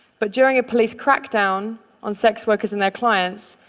but during a police crackdown on sex workers and their clients,